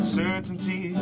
certainty